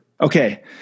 Okay